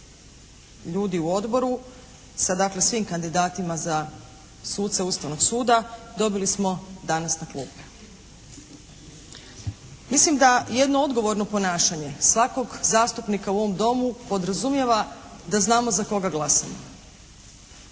ljudi u odboru sa dakle svim kandidatima za suce Ustavnog suda, dobili smo danas na klupe. Mislim da jedno odgovorno ponašanje svakog zastupnika u ovom Domu podrazumijeva da znamo za koga glasamo.